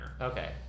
Okay